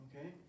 Okay